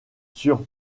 sur